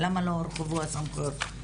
למה לא הורחבו הסמכויות?